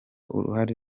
uruhare